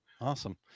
awesome